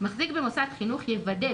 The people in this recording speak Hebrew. (ב)מחזיק במוסד חינוך יוודא,